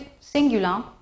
singular